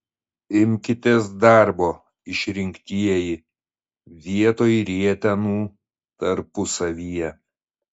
imkitės darbo išrinktieji vietoj rietenų tarpusavyje